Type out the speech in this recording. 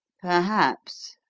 perhaps,